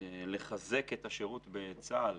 לחזק את השירות בצה"ל,